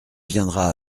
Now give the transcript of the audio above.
viendra